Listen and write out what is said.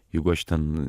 jeigu aš ten